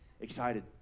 excited